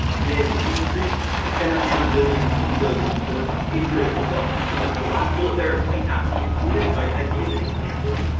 and then increase energy resilience in buildings for in critical buildings. so, the the last bullet there might not be intuitive. so, i gave an example.